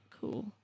Cool